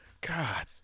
God